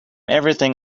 everything